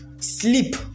sleep